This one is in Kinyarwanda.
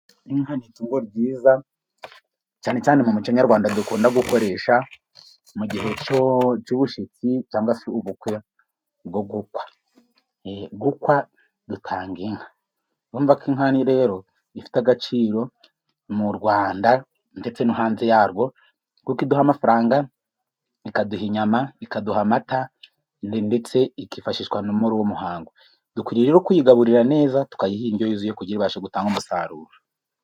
Inka n'itungo ryiza, cyane cyane mu muco nyarwanda dukunda gukoresha mu gihe cy'ubushitsi cyangwa se ubukwe bwo gukwa, gukwa dutanga inka numva ko inka rero ifite agaciro mu rwanda ndetse no hanze yarwo, kuko iduha amafaranga, ikaduha inyama, ikaduha amata ndetse ikifashishwa muri uwo muhango, dukwiriye rero kuyigaburira neza tukayihiryo yuzuye kugira ngo ibashae gutanga umusaruro.